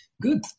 Good